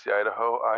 Idaho